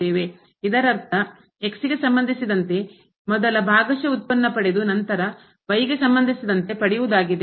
ಇದರರ್ಥ ಗೆ ಸಂಬಂಧಿಸಿದಂತೆ ಮೊದಲ ಭಾಗಶಃ ಉತ್ಪನ್ನ ಪಡೆದು ನಂತರ y ಗೆ ಸಂಬಂಧಿಸಿದಂತೆ ಪಡೆಯುವುದಾಗಿದೆ